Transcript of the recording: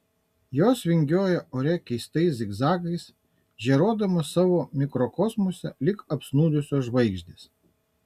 jos vingiuoja ore keistais zigzagais žėruodamos savo mikrokosmose lyg apsnūdusios žvaigždės